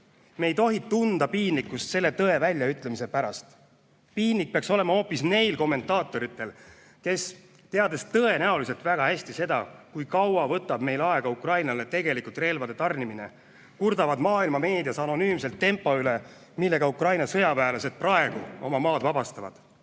Me ei tohi tunda piinlikkust selle tõe väljaütlemise pärast. Piinlik peaks olema hoopis nendel kommentaatoritel, kes, teades tõenäoliselt väga hästi seda, kui kaua võtab meil aega Ukrainale relvade tarnimine, kurdavad maailma meedias anonüümselt tempo üle, millega Ukraina sõjaväelased praegu oma maad vabastavad.